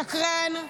שקרן,